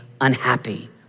unhappy